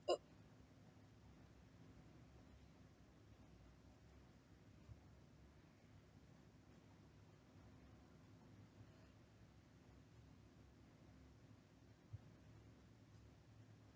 err